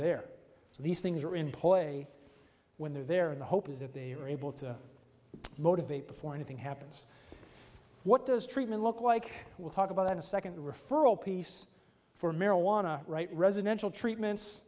there so these things are in play when they're there and the hope is that they are able to motivate before anything happens what does treatment look like we'll talk about in a second referral piece for marijuana right residential treatments